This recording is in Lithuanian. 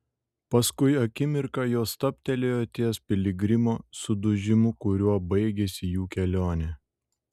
paskui akimirką jos stabtelėjo ties piligrimo sudužimu kuriuo baigėsi jų kelionė